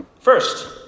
First